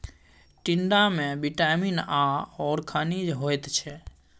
टिंडामे विटामिन आओर खनिज होइत छै